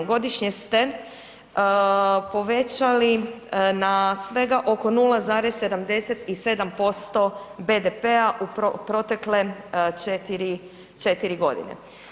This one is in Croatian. Godišnje ste povećali na svega oko 0,77% BDP-a u protekle četiri godine.